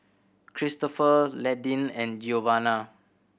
Cristopher Landyn and Giovanna